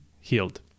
healed